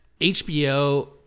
HBO